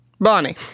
bonnie